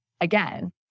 again